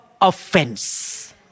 offense